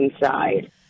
inside